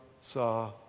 saw